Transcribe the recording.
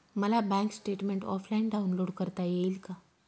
मला bank statement offline download करता येईल का?